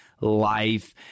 Life